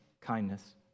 kindness